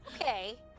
Okay